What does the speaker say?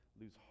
lose